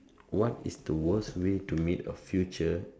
what is the worst way to meet a future